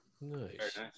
Nice